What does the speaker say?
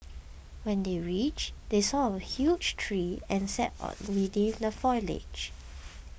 when they reached they saw a huge tree and sat beneath the foliage